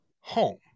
home